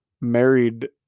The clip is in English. married